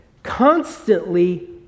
Constantly